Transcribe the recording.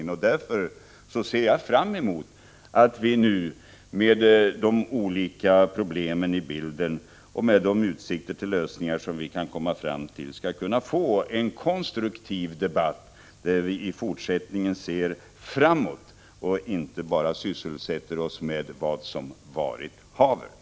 Jag ser därför fram emot att vi nu, mot bakgrund av de olika problem som är med i bilden och de utsikter till lösningar som finns, skall kunna få en konstruktiv debatt, där vi i fortsättningen blickar framåt och inte bara sysselsätter oss med vad som varit haver.